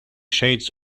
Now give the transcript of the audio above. shades